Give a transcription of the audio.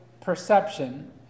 perception